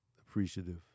appreciative